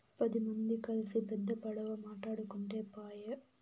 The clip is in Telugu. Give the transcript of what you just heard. పది మంది కల్సి పెద్ద పడవ మాటాడుకుంటే పాయె